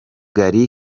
gari